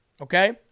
Okay